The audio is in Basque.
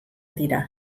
dira